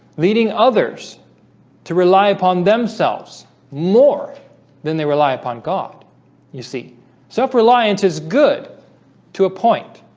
leading others to rely upon themselves more than they rely upon god you see self-reliance is good to a point